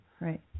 Right